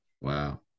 Wow